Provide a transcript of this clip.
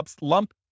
lump